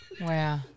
Wow